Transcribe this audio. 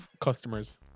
customers